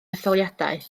etholiadau